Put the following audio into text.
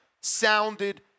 sounded